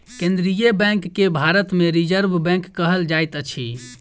केन्द्रीय बैंक के भारत मे रिजर्व बैंक कहल जाइत अछि